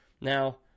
now